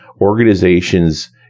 organizations